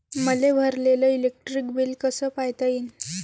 मले भरलेल electric bill कस पायता येईन?